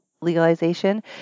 legalization